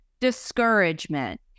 discouragement